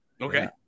Okay